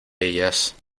ellas